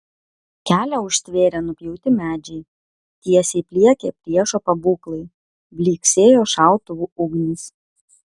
kelią užtvėrė nupjauti medžiai tiesiai pliekė priešo pabūklai blyksėjo šautuvų ugnys